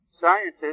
Scientists